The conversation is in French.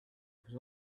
vous